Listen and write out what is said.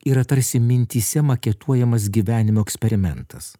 yra tarsi mintyse maketuojamas gyvenimo eksperimentas